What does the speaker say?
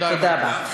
תודה רבה.